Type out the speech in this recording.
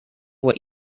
what